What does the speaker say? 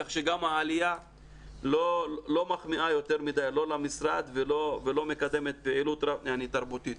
כך שגם העלייה לא מחמיאה יותר מדי לא למשרד ולא מקדמת פעילות תרבותית.